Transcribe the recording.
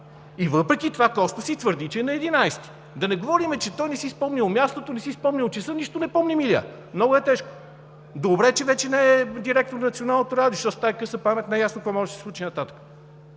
И въпреки това Костов си твърди, че е на 11-и. Да не говорим, че той не си спомнял мястото, не си спомнял часа, нищо не помни, милият! Много е тежко! Добре, че вече не е директор на Националното радио, защото с тази къса памет не е ясно какво може да се случи нататък.